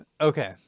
Okay